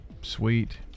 Sweet